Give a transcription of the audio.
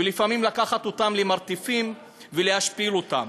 ולפעמים לקחת אותם למרתפים ולהשפיל אותם.